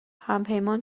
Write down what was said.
همپیمان